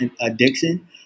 addiction